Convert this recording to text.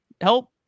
help